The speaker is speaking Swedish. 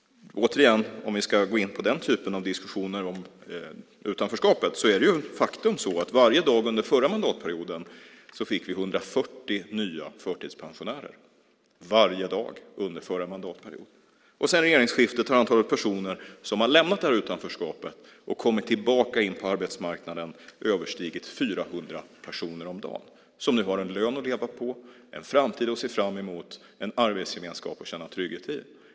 Återigen, om vi ska gå in på den typen av diskussioner om utanförskapet är det ett faktum att vi varje dag under förra mandatperioden fick 140 nya förtidspensionärer. Varje dag under förra mandatperioden! Sedan regeringsskiftet har antalet personer som har lämnat utanförskapet och kommit tillbaka in på arbetsmarknaden överstigit 400 personer om dagen som nu har en lön att leva på, en framtid att se fram emot och en arbetsgemenskap att känna trygghet i.